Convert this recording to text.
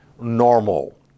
normal